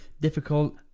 difficult